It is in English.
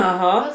(uh huh)